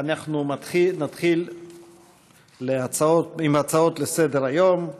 אנחנו נתחיל עם הצעות לסדר-היום.